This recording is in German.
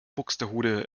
buxtehude